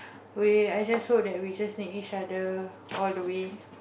we I just hope that we just need each other all the way